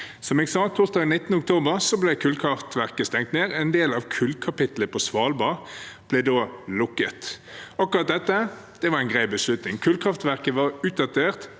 Som jeg sa: Torsdag den 19. oktober ble kullkraftverket stengt ned. En del av kullkapitlet på Svalbard ble da lukket. Akkurat dette var en grei beslutning. Kullkraftverket var utdatert,